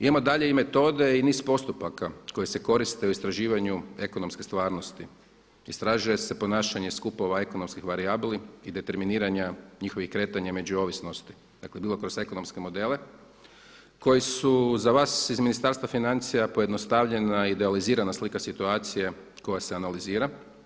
Imamo dalje i metode i niz postupaka koje se koristie u istraživanju ekonomske stvarnosti, istražuje se ponašanje skupova ekonomskih varijabli i determiniranja njihovih kretanja i međuovisnosti dakle kroz ekonomske modele koji su za vas iz Ministarstva financija pojednostavljeni i idealizirana slika situacije koja se analizira.